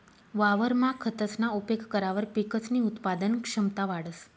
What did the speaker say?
वावरमा खतसना उपेग करावर पिकसनी उत्पादन क्षमता वाढंस